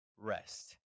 Rest